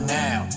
now